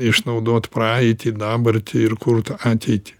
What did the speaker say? išnaudot praeitį dabartį ir kurt ateitį